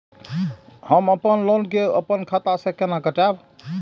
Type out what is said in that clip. हम अपन लोन के अपन खाता से केना कटायब?